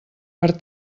per